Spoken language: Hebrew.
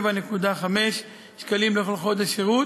ל-277.5 שקלים לכל חודש שירות,